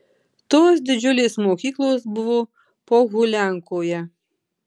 tos didžiulės mokyklos buvo pohuliankoje